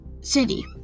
city